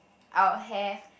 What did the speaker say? our hair